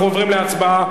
אנחנו עוברים להצבעה.